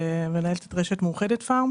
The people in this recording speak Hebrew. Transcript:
אני